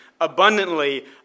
abundantly